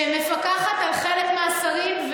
ומפקחת על חלק מהשרים,